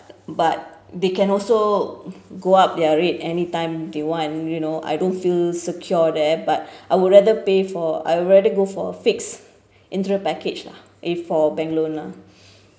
but they can also go up their rate anytime they want you know I don't feel secure there but I would rather pay for I rather go for a fixed interest package lah if for bank loan lah